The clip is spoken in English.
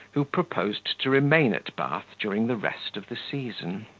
who proposed to remain at bath during the rest of the season.